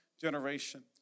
generation